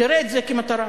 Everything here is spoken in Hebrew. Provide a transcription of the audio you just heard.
תראה את זה כמטרה.